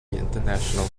international